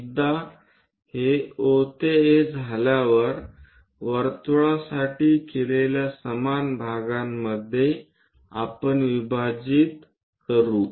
एकदा हे O ते A झाल्यावर वर्तुळासाठी केलेल्या समान भागांमध्ये आपण विभाजित करू